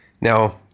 now